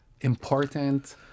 important